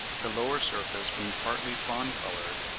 the lower surface being partly fawn-coloured,